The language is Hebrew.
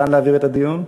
לאן להעביר את הדיון?